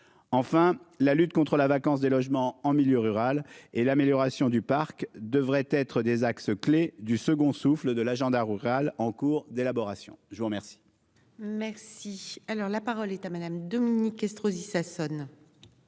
Enfin la lutte contre la vacance des logements en milieu rural et l'amélioration du parc devrait être des axes clés du second souffle de l'agenda rural en cours d'élaboration. Je vous remercie. Merci alors. La parole est à Madame Dominique Estrosi Sassone.